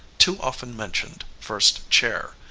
too-often-mentioned first chair.